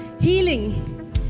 healing